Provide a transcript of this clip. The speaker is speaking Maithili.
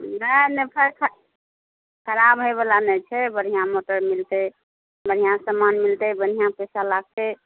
नहि नहि खराब होइ बला नहि छै बढ़िऑं मोटर मिलतै बढ़िऑं समान मिलतै बढ़िऑं पैसा लागतै